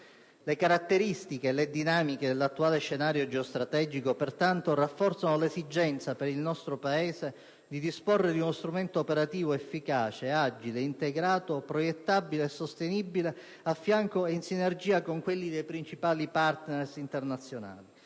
Le caratteristiche e le dinamiche dell'attuale scenario geostrategico, pertanto, rafforzano l'esigenza per il nostro Paese di disporre di uno strumento operativo efficace, agile, integrato, proiettabile, sostenibile, a fianco e in sinergia con quelli dei principali partner internazionali,